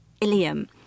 Ilium